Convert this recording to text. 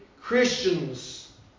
Christians